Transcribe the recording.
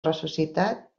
ressuscitat